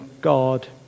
God